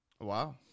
Wow